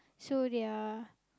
so they are